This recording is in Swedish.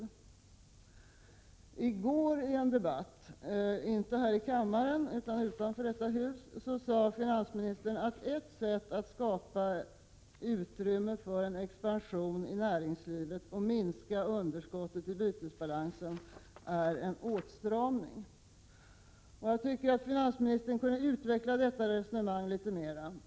Finansministern sade i går i en debatt — inte här i kammaren utan utanför detta hus — att ett sätt att skapa utrymme för expansion i näringslivet och minska underskottet i bytebalansen är åtstramning. Jag tycker att finansministern kunde utveckla detta resonemang litet mera.